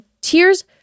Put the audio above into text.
Tears